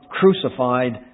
crucified